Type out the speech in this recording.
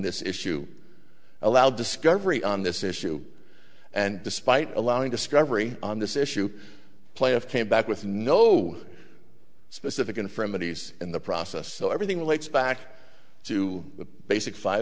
this issue allow discovery on this issue and despite allowing discovery on this issue play of came back with no specific infirmities in the process so everything relates back to the basic five